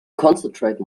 concentrate